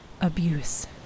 Abuse